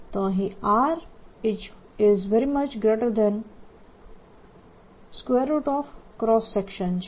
તો અહીં RCross Section છે